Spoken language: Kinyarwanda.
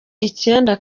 icyenda